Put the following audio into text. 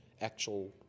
actual